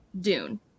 dune